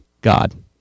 God